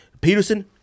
Peterson